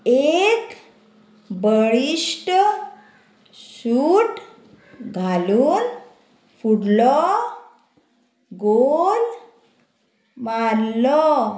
एक बळीश्ट सूट घालून फुडलो गोल मारलो